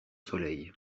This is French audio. soleil